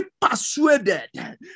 persuaded